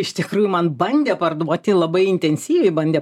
iš tikrųjų man bandė parduoti labai intensyviai bandė